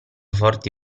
forti